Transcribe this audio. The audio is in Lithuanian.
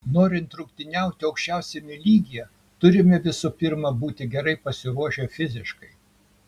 norint rungtyniauti aukščiausiame lygyje turime visų pirma būti gerai pasiruošę fiziškai